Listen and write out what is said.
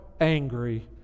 angry